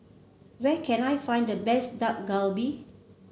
where can I find the best Dak Galbi